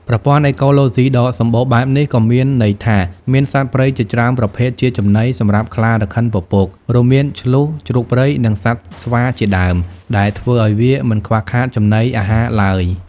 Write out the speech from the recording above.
ប្រព័ន្ធអេកូឡូស៊ីដ៏សម្បូរបែបនេះក៏មានន័យថា មាន សត្វព្រៃជាច្រើនប្រភេទជាចំណី សម្រាប់ខ្លារខិនពពក រួមមាន ឈ្លូស ជ្រូកព្រៃ និងសត្វស្វាជាដើម ដែលធ្វើឲ្យវាមិនខ្វះខាតចំណីអាហារឡើយ។